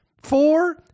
Four